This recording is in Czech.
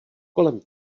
kolem